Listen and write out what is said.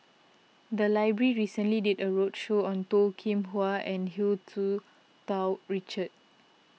the library recently did a roadshow on Toh Kim Hwa and Hu Tsu Tau Richard